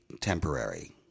temporary